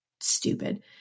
stupid